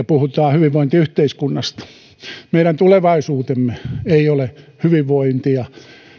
puhutaan hyvinvointiyhteiskunnasta meidän tulevaisuutemme ei ole hyvinvointia